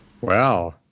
Wow